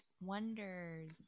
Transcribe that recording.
wonders